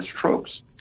tropes